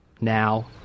Now